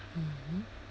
mmhmm